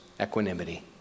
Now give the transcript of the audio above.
equanimity